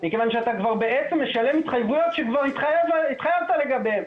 מכיוון שבעצם אתה משלם התחייבויות שכבר התחייבת לגביהן.